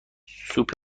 سوپ